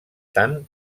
tant